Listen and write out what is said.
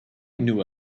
knew